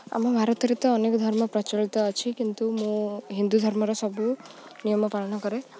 ଆମ ଭାରତରେ ତ ଅନେକ ଧର୍ମ ପ୍ରଚଳିତ ଅଛି କିନ୍ତୁ ମୁଁ ହିନ୍ଦୁ ଧର୍ମର ସବୁ ନିୟମ ପାଳନ କରେ